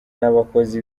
n’abakozi